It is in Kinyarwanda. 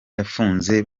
yafunze